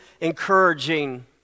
encouraging